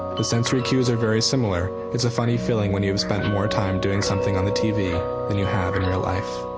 the sensory cues are very similar. it's a funny feeling when you have spent more time doing something on the tv than you have in real life.